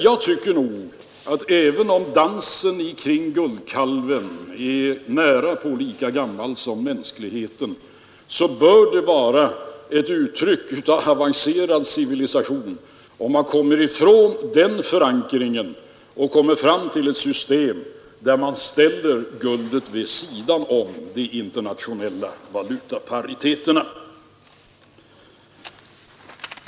Jag tycker nog, även om dansen kring guldkalven är nära nog lika gammal som mänskligheten, att det bör vara ett uttryck för avancerad civilisation om man kommer från den förankringen och kan skapa ett system där guldet ställs vid sidan om de internationella valutapariteterna.